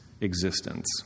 existence